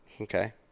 Okay